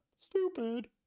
stupid